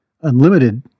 unlimited